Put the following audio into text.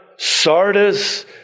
Sardis